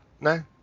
no